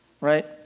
right